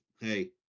hey